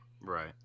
Right